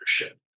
leadership